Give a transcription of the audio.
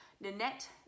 Nanette